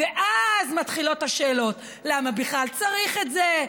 ואז מתחילות השאלות: למה בכלל צריך את זה,